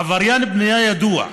עבריין בנייה ידוע,